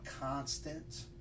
constant